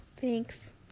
thanks